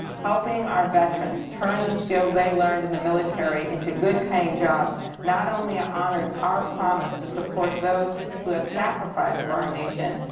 helping our veterans turn the skills they learned in the military into good-paying jobs not only ah honors our promise to support those who have sacrificed for our nation,